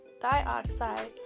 dioxide